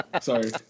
sorry